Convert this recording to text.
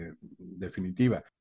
definitiva